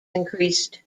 increased